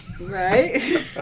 Right